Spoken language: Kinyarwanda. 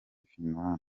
finland